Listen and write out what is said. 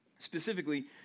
Specifically